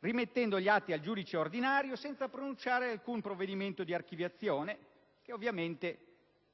rimettendo gli atti al giudice ordinario senza pronunciare alcun provvedimento di archiviazione, il quale è stato